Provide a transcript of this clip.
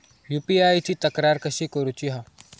UPI ची तक्रार कशी करुची हा?